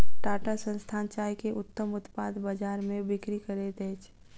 टाटा संस्थान चाय के उत्तम उत्पाद बजार में बिक्री करैत अछि